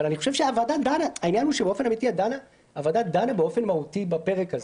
העניין הוא שהוועדה דנה באופן מהותי בפרק הזה.